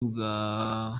bwa